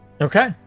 Okay